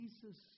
Jesus